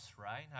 right